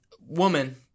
woman